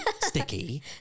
sticky